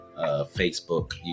Facebook